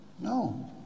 No